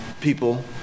people